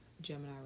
gemini